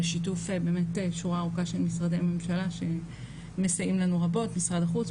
בשיתוף שורה ארוכה של משרדי ממשלה שמסייעים לנו רבות משרד החוץ,